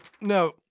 no